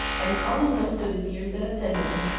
and calling one of the viziers that attended him,